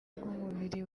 bw’umubiri